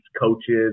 coaches